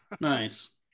Nice